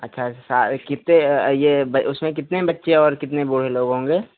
अच्छा सा कितने यह ब् उसमें कितने बच्चे और कितने बूढ़े लोग होंगे